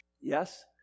Yes